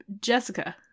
Jessica